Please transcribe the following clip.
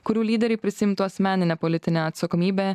kurių lyderiai prisiimtų asmeninę politinę atsakomybę